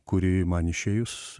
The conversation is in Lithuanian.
kuri man išėjus